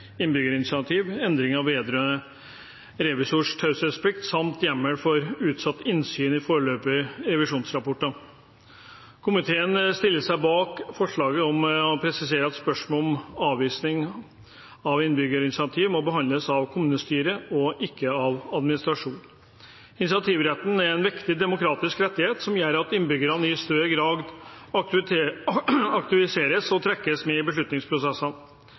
innbyggerinitiativ, endringer vedrørende revisors taushetsplikt samt hjemmel for utsatt innsyn i foreløpige revisjonsrapporter. Komiteen stiller seg bak forslaget om å presisere at spørsmålet om avvisning av innbyggerinitiativ må behandles av kommunestyret og ikke av administrasjonen. Initiativretten er en viktig demokratisk rettighet som gjør at innbyggerne i større grad aktiviseres og trekkes med i beslutningsprosessene.